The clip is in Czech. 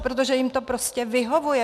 Protože jim to prostě vyhovuje.